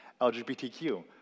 LGBTQ